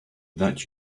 that